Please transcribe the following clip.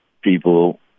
people